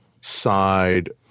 side